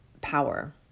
power